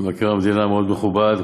מבקר המדינה מאוד מכובד,